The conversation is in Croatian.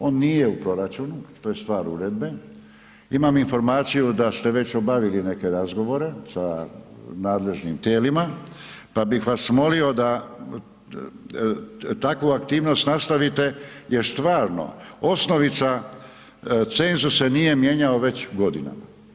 On nije u proračunu, to je stvar uredbe, imam informaciju da ste već obavili neke razgovore sa nadležnim tijelima pa bih vas molio da takvu aktivnost nastavite jer stvarno, osnovica cenzusa nije mijenjao već godinama.